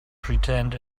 pretend